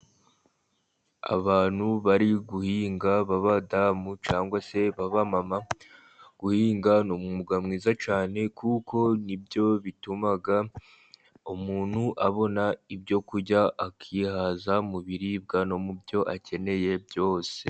Abantu bari guhinga b'abadamu cyangwa se b'abamama, guhinga ni umwuga mwiza cyane kuko ni byo bituma umuntu abona ibyo kurya, akihaza mu biribwa no mu byo akeneye byose.